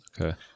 okay